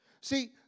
See